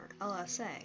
LSA